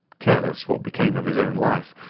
careless what became of his own life,